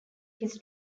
his